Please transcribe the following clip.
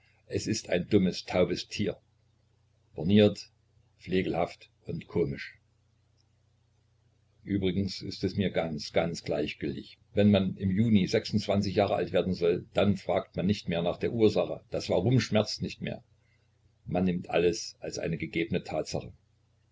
es ist ein dummes taubes tier borniert flegelhaft und komisch übrigens ist es mir ganz ganz gleichgültig wenn man im juni jahre alt werden soll dann fragt man nicht mehr nach den ursachen das warum schmerzt nicht mehr man nimmt alles als eine gegebene tatsache